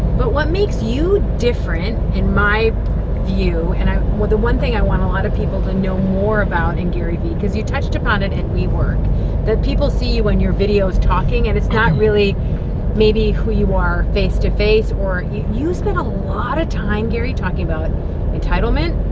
but what makes you different in my view, and i, well, the one thing i want a lot of people to know more about in gary vee, cause you touched upon it in wework, that people see you when your video is talking, and it's not really maybe who you are face-to-face, or. you you spend a lot of time, gary, talking about entitlement,